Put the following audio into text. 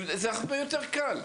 זה הרבה יותר קל.